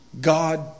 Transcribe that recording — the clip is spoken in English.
God